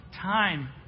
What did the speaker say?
time